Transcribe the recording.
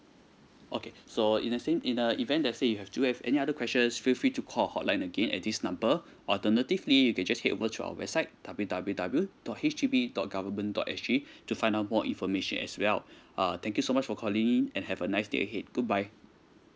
okay so in the same in the event let's say you have do have any other questions feel free to call hotline again at this number alternatively you can just head over to our website W W W dot H D B dot government dot S G to find out more information as well uh thank you so much for calling in and have a nice day ahead goodbye